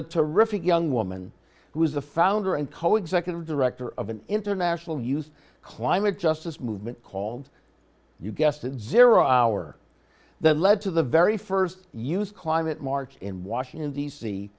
a terrific young woman who is the founder and co executive director of an international use climate justice movement called you guessed it zero hour that led to the very st use climate march in washington d